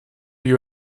you